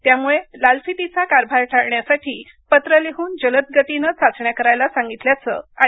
त्यामुळं लालफितीचा कारभार टाळण्यासाठी पत्र लिहून जलद गतीनं चाचण्या करायला सांगितल्याचं आय